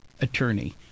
attorney